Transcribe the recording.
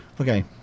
okay